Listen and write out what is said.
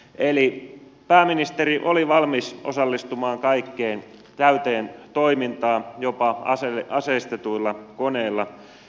eli pääministeri oli valmis osallistumaan kaikkeen täyteen toimintaan jopa aseistetuilla koneilla